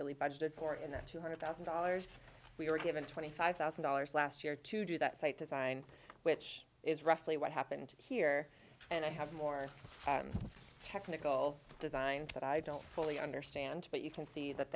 really budgeted for in the two hundred thousand dollars we were given twenty five thousand dollars last year to do that site design which is roughly what happened here and i have more technical designs that i don't fully understand but you can see that